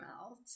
melt